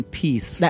peace